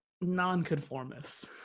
non-conformist